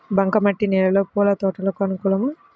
బంక మట్టి నేలలో పూల తోటలకు అనుకూలమా?